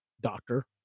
doctor